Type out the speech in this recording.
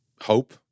hope